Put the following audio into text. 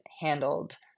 handled